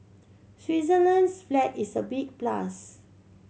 Switzerland's flag is a big plus